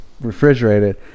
refrigerated